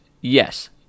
Yes